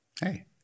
Hey